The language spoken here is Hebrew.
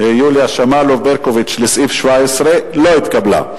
יוליה שמאלוב-ברקוביץ לסעיף 17 לא התקבלה.